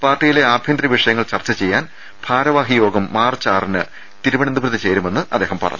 പാർട്ടിയിലെ ആഭ്യന്തര വിഷയങ്ങൾ ചർച്ച ചെയ്യാൻ ഭാരവാഹി യോഗം മാർച്ച് ആറിന് തിരുവനന്തപുരത്ത് ചേരുമെന്ന് അദ്ദേഹം പറഞ്ഞു